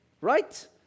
right